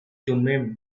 thummim